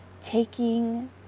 taking